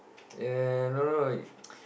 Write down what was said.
ya ya ya no no no